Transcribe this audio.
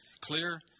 Clear